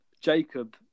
Jacob